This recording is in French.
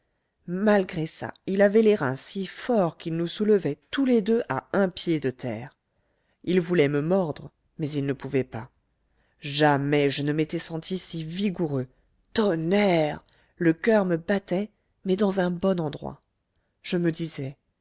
malgré ça il avait les reins si forts qu'il nous soulevait tous les deux à un pied de terre il voulait me mordre mais il ne pouvait pas jamais je ne m'étais senti si vigoureux tonnerre le coeur me battait mais dans un bon endroit je me disais